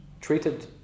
treated